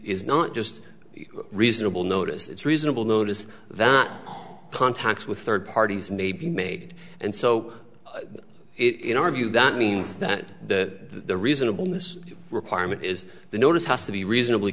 is not just reasonable notice it's reasonable notice that contacts with third parties may be made and so it in our view that means that the reasonable miss requirement is the notice has to be reasonably